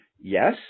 yes